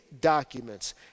documents